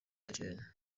eugene